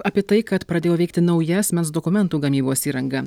apie tai kad pradėjo veikti nauja asmens dokumentų gamybos įranga